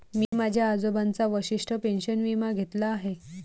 मी माझ्या आजोबांचा वशिष्ठ पेन्शन विमा घेतला आहे